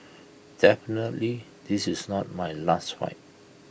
definitely this is not my last fight